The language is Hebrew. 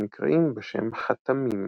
ונקראים בשם "חתמים".